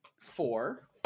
Four